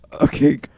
okay